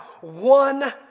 one